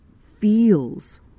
feels